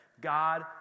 God